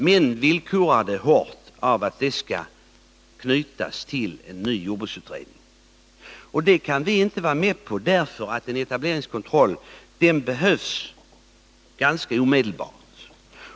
Men man villkorar kravet hårt genom att kräva att etableringskontrollen skall knytas till en ny jordbruksutredning. Det kan vi inte gå med på, eftersom en etableringskontroll behövs så gott som omedelbart.